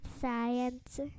science